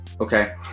okay